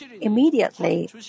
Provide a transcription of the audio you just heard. immediately